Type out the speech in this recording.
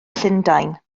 llundain